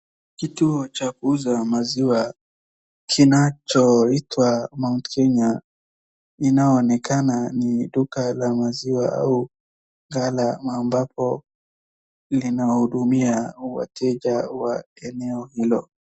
Kitu cha kuuza maziwa kinachoitwa Mount Kenya inaoonekana ni duka la maziwa au mahala ambapo linahudumia wateja wa eneo hilo.